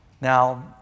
Now